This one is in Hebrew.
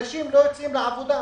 אנשים לא יוצאים לעבודה,